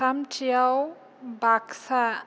थामथियाव बागसा